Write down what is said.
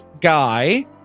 guy